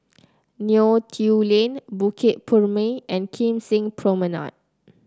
Neo Tiew Lane Bukit Purmei and Kim Seng Promenade